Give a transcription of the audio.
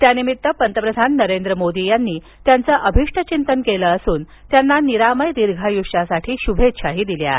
त्यानिमित्त पंतप्रधान नरेंद्र मोदी यांनी त्यांचं अभिष्टचिंतन केलं असून त्यांना निरामय दीर्घायुष्यासाठी शुभेच्छा दिल्या आहेत